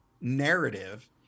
narrative